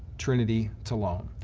trinity tolone.